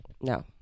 no